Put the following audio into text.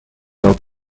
out